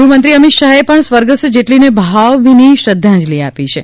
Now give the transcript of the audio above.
ગૃહમંત્રી અમિત શાહે પણ સ્વર્ગસ્થ જેટલીને ભાવભરી શ્રધ્ધાંજલિ આપી છે